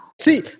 see